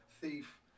thief